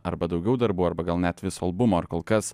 arba daugiau darbų arba gal net viso albumo ar kol kas